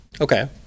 okay